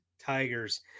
Tigers